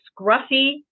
scruffy